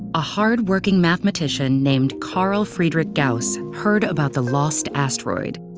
a hardworking mathematician named carl friedrich gauss heard about the lost asteroid.